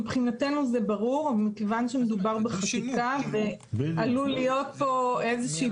מבחינתנו זה ברור אבל מכיוון שמדובר בחקיקה ועלול להיות פה איזושהי